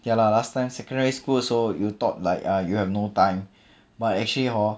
ya lah last time secondary school also you thought like uh you have no time but actually hor